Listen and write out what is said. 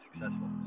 successful